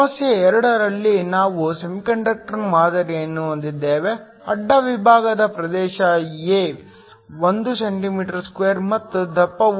ಸಮಸ್ಯೆ 2 ರಲ್ಲಿ ನಾವು ಸೆಮಿಕಂಡಕ್ಟರ್ ಮಾದರಿಯನ್ನು ಹೊಂದಿದ್ದೇವೆ ಅಡ್ಡ ವಿಭಾಗದ ಪ್ರದೇಶ A 1 cm2 ಮತ್ತು ದಪ್ಪವು 0